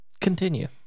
Continue